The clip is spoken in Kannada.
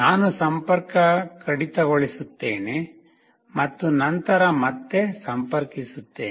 ನಾನು ಸಂಪರ್ಕ ಕಡಿತಗೊಳಿಸುತ್ತೇನೆ ಮತ್ತು ನಂತರ ಮತ್ತೆ ಸಂಪರ್ಕಿಸುತ್ತೇನೆ